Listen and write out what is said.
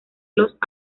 los